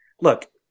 Look